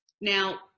Now